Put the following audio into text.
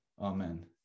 Amen